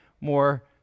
more